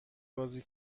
بازی